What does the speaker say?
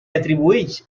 atribueix